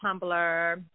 Tumblr